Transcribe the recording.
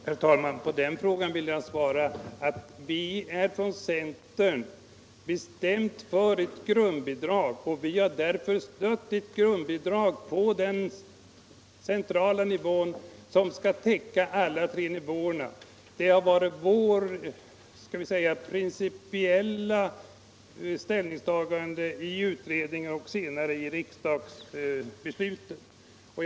Herr talman! På den frågan vill jag svara att vi är från centern bestämt för ett grundbidrag, och vi har därför stött förslaget om ett grundbidrag på den centrala nivån som skall täcka alla tre nivåerna. Det har varit vårt principiella ställningstagande i utredningen och senare i riksdagsbesluten.